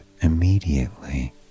immediately